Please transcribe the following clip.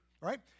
right